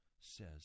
says